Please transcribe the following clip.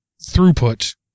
throughput